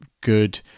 good